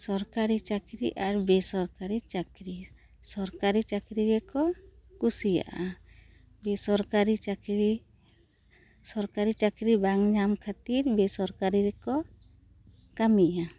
ᱥᱚᱨᱠᱟᱨᱤ ᱪᱟᱹᱠᱨᱤ ᱟᱨ ᱵᱮᱥᱚᱨᱠᱟᱨᱤ ᱪᱟᱹᱠᱨᱤ ᱥᱚᱨᱠᱟᱨᱤ ᱪᱟᱹᱠᱨᱤ ᱜᱮ ᱠᱚ ᱠᱩᱥᱤᱭᱟᱜᱼᱟ ᱵᱮᱥᱚᱨᱠᱟᱨᱤ ᱪᱟᱹᱠᱨᱤ ᱥᱚᱨᱠᱟᱨᱤ ᱪᱟᱹᱠᱨᱤ ᱵᱟᱝ ᱧᱟᱢ ᱠᱷᱟᱹᱛᱤᱨ ᱵᱮᱥᱚᱨᱠᱟᱨᱤ ᱨᱮ ᱠᱚ ᱠᱟᱹᱢᱤᱭ ᱜᱮᱭᱟ